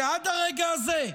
עד הרגע הזה,